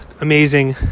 amazing